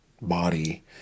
body